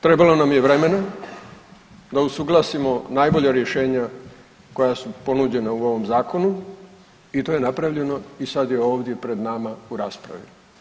Trebalo nam je vremena da usuglasimo najbolja rješenja koja su ponuđena u ovom zakonu i to je napravljeno i sad je ovdje pred nama u raspravi.